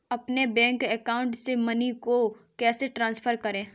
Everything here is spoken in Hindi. अपने बैंक अकाउंट से मनी कैसे ट्रांसफर करें?